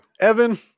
Evan